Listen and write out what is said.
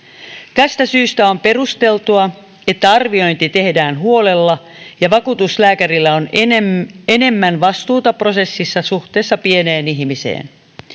tästä syystä on perusteltua että arviointi tehdään huolella ja vakuutuslääkärillä on enemmän enemmän vastuuta prosessissa suhteessa pieneen ihmiseen